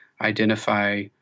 identify